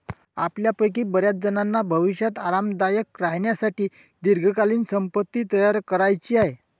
आपल्यापैकी बर्याचजणांना भविष्यात आरामदायक राहण्यासाठी दीर्घकालीन संपत्ती तयार करायची आहे